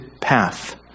path